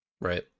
Right